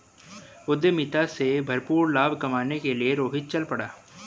उद्यमिता से भरपूर लाभ कमाने के लिए रोहित चल पड़ा